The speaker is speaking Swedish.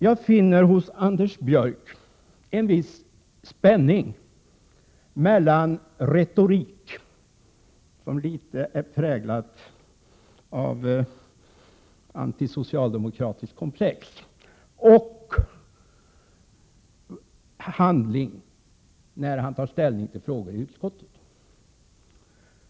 Jag finner hos Anders Björck en viss spänning mellan retorik, som litet är präglad av anti-socialdemokratiskt komplex, och handling när han tar ställning till frågor i utskottet.